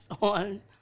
on